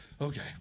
Okay